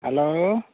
hello